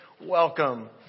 welcome